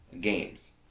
games